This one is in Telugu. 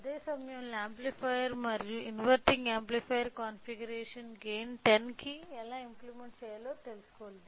అదే సమయంలో యాంప్లిఫైయర్ మరియు ఇన్వెర్టింగ్ యాంప్లిఫైయర్ కాన్ఫిగరేషన్ గైన్ 10 కి ఎలా ఇంప్లీమెంట్ చెయ్యాలో తెలుసుకోవాలి